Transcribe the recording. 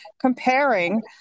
comparing